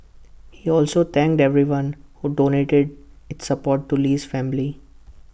he also thanked everyone who donated to support to Lee's family